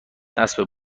اسب